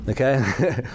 okay